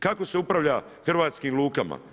Kako se upravlja hrvatskim lukama?